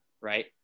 right